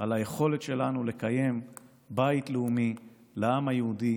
על היכולת שלנו לקיים בית לאומי לעם היהודי